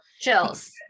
Chills